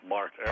Mark